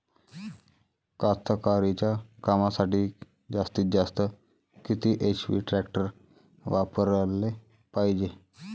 कास्तकारीच्या कामासाठी जास्तीत जास्त किती एच.पी टॅक्टर वापराले पायजे?